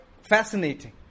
fascinating